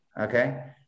Okay